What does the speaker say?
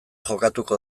jokatuko